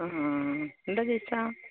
ആ എന്താണ് ജെയ്സാ